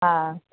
हा